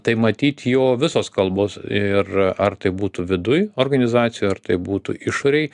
tai matyt jo visos kalbos ir ar tai būtų viduj organizacijų ar tai būtų išorėj